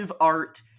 art